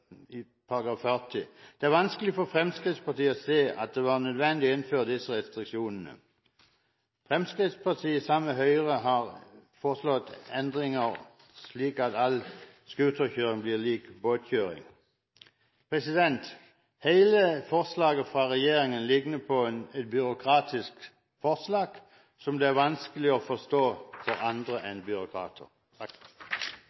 i § 40. Det er vanskelig for Fremskrittspartiet å se at det var nødvendig å innføre disse restriksjonene. Fremskrittspartiet har sammen med Høyre foreslått endringer, slik at all scooterkjøring blir lik båtkjøring. Hele forslaget fra regjeringen likner på et byråkratisk forslag som det er vanskelig å forstå for andre